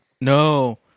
No